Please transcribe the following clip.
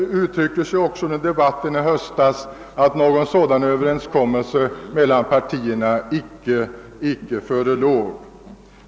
Under debatten i höstas sades också att någon överenskommelse mellan partierna inte förelåg.